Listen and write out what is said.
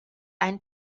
einen